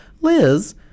Liz